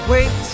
Wait